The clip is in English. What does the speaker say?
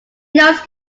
knows